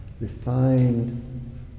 refined